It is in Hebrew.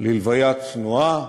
ללוויה צנועה,